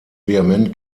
vehement